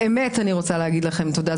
באמת אני רוצה להגיד לכם תודה.